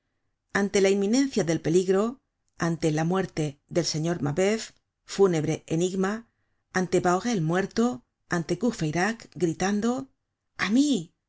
ante la inminencia del peligro ante la muerte del señor mabeuf fúnebre enigma antebahorel muerto ante courfeyrac gritando a mí